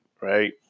right